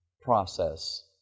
process